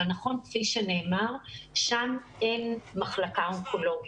אבל נכון, כפי שנאמר, שם אין מחלקה אונקולוגית.